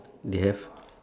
they have